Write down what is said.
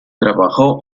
trabajó